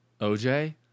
OJ